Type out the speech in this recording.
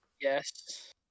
Yes